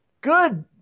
Good